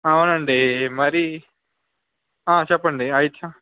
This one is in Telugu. అవును అండి మరి ఆ చెప్పండి